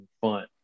fun